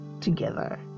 together